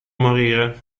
morire